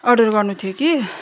order गर्नु थियो कि